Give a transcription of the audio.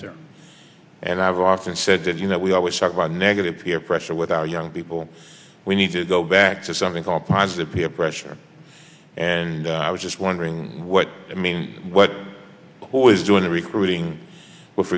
people and i've often said you know we always talk about negative peer pressure with our young people we need to go back to something called positive peer pressure and i was just wondering what i mean what boys doing in recruiting with